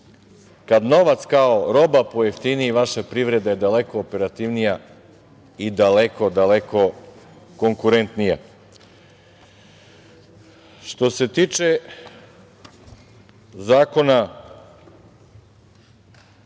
kad novac kao roba pojeftini i vaša privreda je daleko operativnija i daleko, daleko konkurentnija. Što se tiče zakona